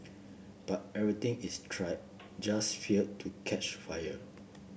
but everything is tried just failed to catch fire